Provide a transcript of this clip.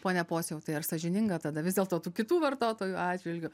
pone pociau tai ar sąžininga tada vis dėlto tų kitų vartotojų atžvilgiu